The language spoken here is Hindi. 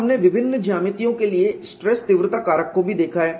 और हमने विभिन्न ज्यामितियों के लिए स्ट्रेस तीव्रता कारक को भी देखा है